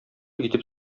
итеп